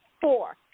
four